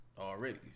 already